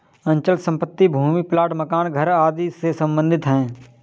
अचल संपत्ति भूमि प्लाट मकान घर आदि से सम्बंधित है